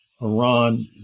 iran